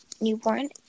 newborn